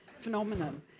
phenomenon